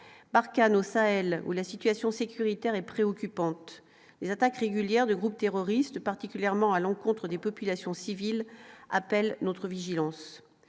par Cano Sahel où la situation sécuritaire est préoccupante des attaques régulières du groupe terroriste particulièrement à l'encontre des populations civiles appellent notre vigilance